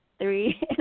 three